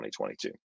2022